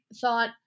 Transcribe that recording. thought